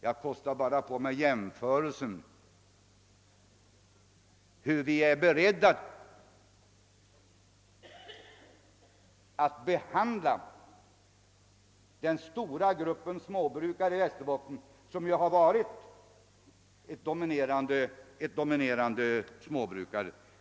Jag kostar bara på mig att jämföra med hur vi är beredda att behandla den stora gruppen småbrukare i Västerbottens län, som ju till dominerande del har varit ett småbrukarlän.